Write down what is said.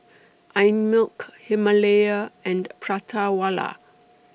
Einmilk Himalaya and Prata Wala